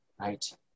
Right